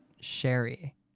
Sherry